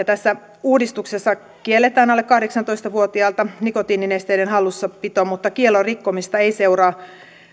tässä uudistuksessa kielletään alle kahdeksantoista vuotiailta nikotiininesteiden hallussapito mutta kiellon rikkomisesta ei seuraa